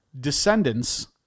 Descendants